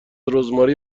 رزماری